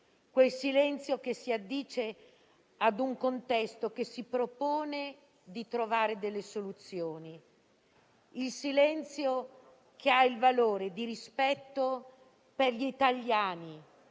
quel silenzio che si addice a un contesto che si propone di trovare delle soluzioni; il silenzio che ha il valore di rispetto per gli italiani